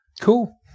Cool